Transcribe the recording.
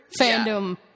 fandom